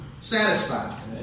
satisfied